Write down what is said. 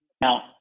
Now